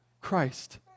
Christ